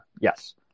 Yes